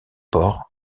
port